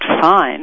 fine